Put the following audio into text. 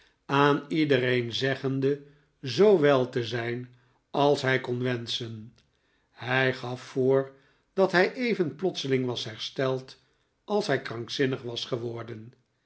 aan iedereen zeggende zoo wel te zijn als hij kon wenschen hij gaf voor dat hij even plotseling was hersteld als hij krankzinnig was geworden